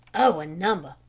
oh, a number.